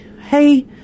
hey